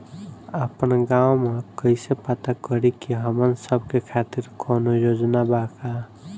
आपन गाँव म कइसे पता करि की हमन सब के खातिर कौनो योजना बा का?